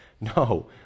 No